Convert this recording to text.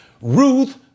Ruth